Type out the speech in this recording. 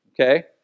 okay